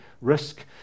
risk